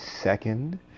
second